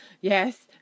yes